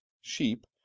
sheep